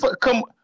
come